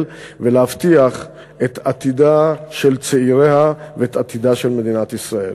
ולהבטיח את עתידם של צעיריה ואת עתידה של מדינת ישראל.